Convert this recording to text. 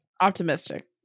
optimistic